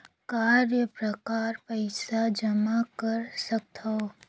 काय प्रकार पईसा जमा कर सकथव?